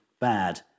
bad